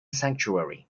sanctuary